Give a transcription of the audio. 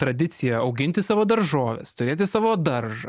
tradiciją auginti savo daržoves turėti savo daržą